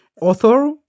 author